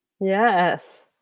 Yes